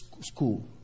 school